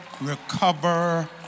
recover